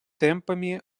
темпами